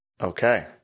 Okay